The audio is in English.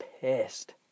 pissed